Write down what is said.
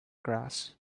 grass